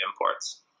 imports